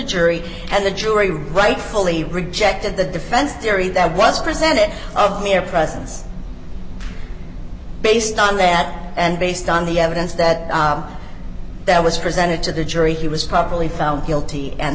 jury and the jury rightfully rejected the defense theory that was presented of mere presence based on that and based on the evidence that that was presented to the jury he was properly found guilty and